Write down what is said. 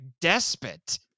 despot